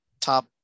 top